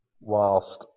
whilst